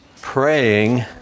praying